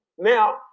now